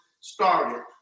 started